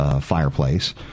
fireplace